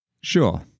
Sure